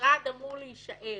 והמשרד אמור להישאר.